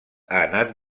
anat